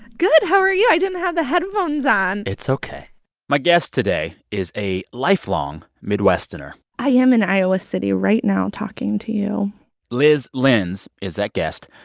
good. how are you? i didn't have the headphones on it's ok my guest today is a lifelong midwesterner i am in iowa city right now talking to you lyz lenz is that guest.